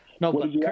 No